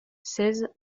seize